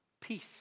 peace